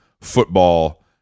football